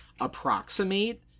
approximate